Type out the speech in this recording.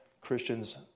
Christians